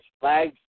flags